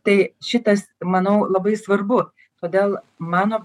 tai šitas manau labai svarbu todėl mano